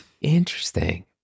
Interesting